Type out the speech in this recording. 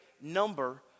number